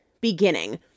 beginning